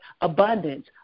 abundance